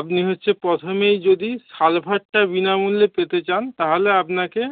আপনি হচ্ছে প্রথমেই যদি সালফারটা বিনামূল্যে পেতে চান তাহলে আপনাকে